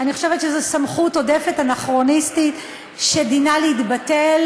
אני חושבת שזו סמכות עודפת אנכרוניסטית שדינה להתבטל.